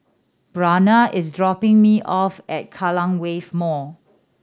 Bryana is dropping me off at Kallang Wave Mall